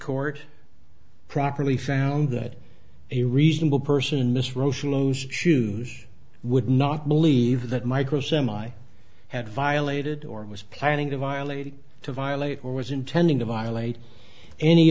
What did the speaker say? court properly found that a reasonable person miss roche loans shoes would not believe that micro semi had violated or was planning to violate to violate or was intending to violate any